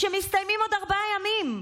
שמסתיימים בעוד ארבעה ימים.